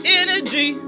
energy